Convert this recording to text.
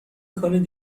کنید